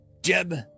Jeb